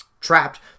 Trapped